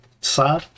sad